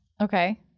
Okay